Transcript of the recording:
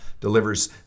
delivers